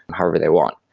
however they want.